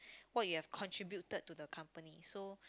what you have contributed to the company so